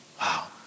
Wow